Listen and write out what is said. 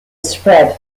spread